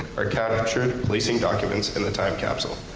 are captured placing documents in the time capsule.